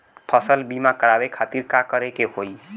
फसल बीमा करवाए खातिर का करे के होई?